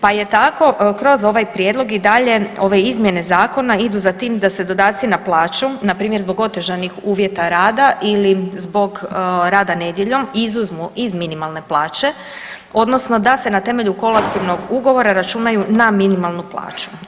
Pa je tako kroz ovaj prijedlog i dalje, ove izmjene zakona idu za tim da se dodaci na plaću na primjer zbog otežanih uvjeta rada ili zbog rada nedjeljom izuzmu iz minimalne plaće, odnosno da se na temelju kolektivnog ugovora računaju na minimalnu plaću.